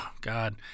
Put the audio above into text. God